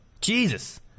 Jesus